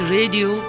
Radio